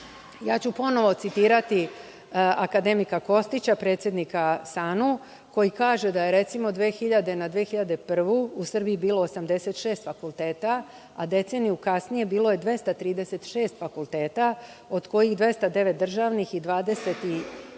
ću ponovo citirati akademika Kostića, predsednika SANU, koji kaže da je recimo, 2000. na 2001. godinu, u Srbiji bilo 86 fakulteta, a deceniju kasnije bilo je 236 fakulteta, od kojih su 209 državni i 27